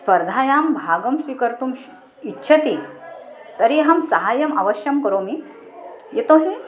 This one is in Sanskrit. स्पर्धायां भागं स्वीकर्तुं श् इच्छति तर्हि अहं सहायम् अवश्यं करोमि यतोहि